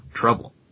trouble